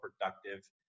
productive